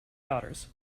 daughters